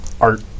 art